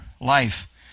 life